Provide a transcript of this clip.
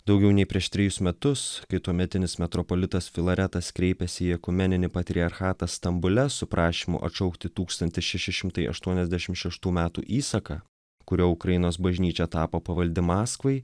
daugiau nei prieš trejus metus kai tuometinis metropolitas filaretas kreipėsi į ekumeninį patriarchatą stambule su prašymu atšaukti tūkstantis šeši šimtai aštuoniasdešim šeštų metų įsaką kuriuo ukrainos bažnyčia tapo pavaldi maskvai